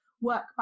work